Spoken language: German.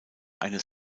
eines